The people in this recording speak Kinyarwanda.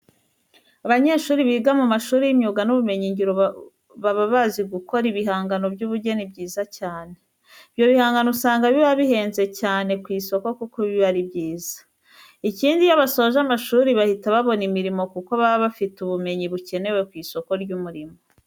Abanyeshuri biga mu mashuri y'imyuga n'ubumenyingiro baba bazi gukora ibihangano by'ubugeni byiza cyane. Ibyo bihangano usanga biba bihenze cyane ku isoko kuko biba ari byiza. Ikindi iyo basoje amashuri bahita babona imirimo kuko baba bafite ubumenyi bukenewe ku isoko ry'umurimo.